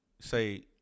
say